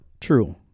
True